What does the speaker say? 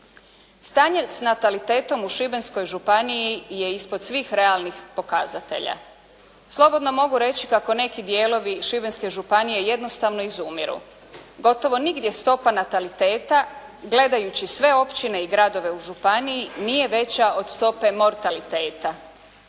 Stanje sa natalitetom u Šibenskoj županiji je ispod svih realnih pokazatelja. Slobodno mogu reći kako neki dijelovi Šibenske županije jednostavno izumiru. Gotovo nigdje stopa nataliteta gledajući sve općine i gradove u županiji nije veća od stope mortaliteta.